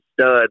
stud